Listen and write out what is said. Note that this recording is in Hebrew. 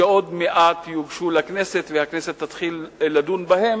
שעוד מעט יוגשו לכנסת והכנסת תתחיל לדון בהם,